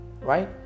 right